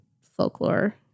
folklore